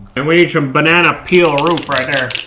and we need some banana peel roof right there.